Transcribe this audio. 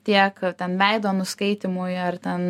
tiek ten veido nuskaitymui ar ten